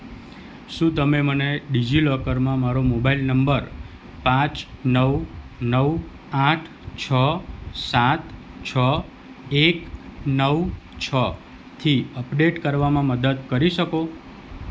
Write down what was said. શું તમે મને ડિજિલોકરમાં મારો મોબાઈલ નંબર પાંચ નવ નવ આઠ છ સાત છ એક નવ છથી અપડેટ કરવામાં મદદ કરી શકો